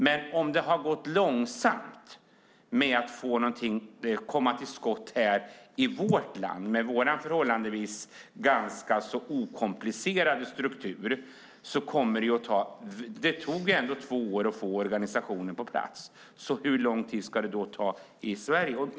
Men det har gått långsamt att komma till skott här i vårt land, med vår förhållandevis okomplicerade struktur. Det tog ändå två år att få organisationen på plats. Hur lång tid ska det då inte ta i andra länder?